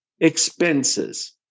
expenses